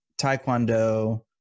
Taekwondo